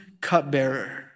cupbearer